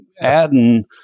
adding